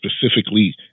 specifically